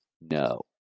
no